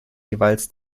jeweils